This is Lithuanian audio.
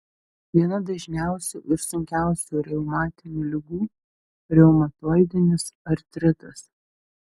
viena dažniausių ir sunkiausių reumatinių ligų reumatoidinis artritas